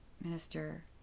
Minister